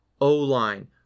o-line